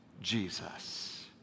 Jesus